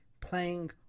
playing